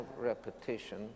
repetition